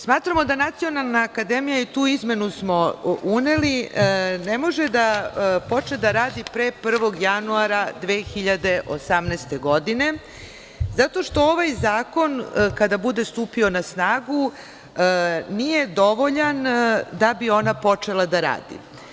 Smatramo da Nacionalna akademija, i tu izmenu smo uneli, ne može da počne da radi pre 1. januara 2018. godine, zato što ovaj zakon kada bude stupio na snagu nije dovoljan da bi ona počela da radi.